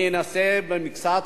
אנסה לפרט במקצת,